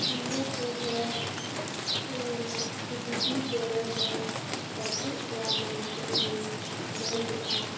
ᱤᱧᱟᱹᱜ ᱩᱭᱦᱟᱹᱨ ᱜᱤᱫᱤ ᱪᱮᱬᱮ ᱫᱚ ᱵᱟᱱᱩᱜ ᱠᱚᱣᱟ ᱢᱮᱱᱛᱮ ᱤᱧ ᱢᱮᱱᱮᱜᱼᱟ